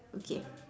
okay